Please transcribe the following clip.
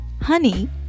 honey